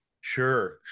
Sure